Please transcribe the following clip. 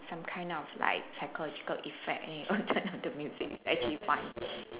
some kind of like psychological effect then you on turn on the music it's actually fun